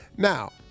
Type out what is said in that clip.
Now